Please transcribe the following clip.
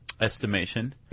estimation